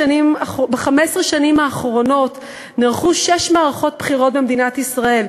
ב-15 שנים האחרונות נערכו שש מערכות בחירות במדינת ישראל,